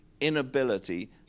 inability